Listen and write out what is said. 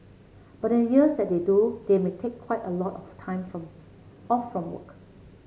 but in the years that they do they may take quite a lot of time from off from work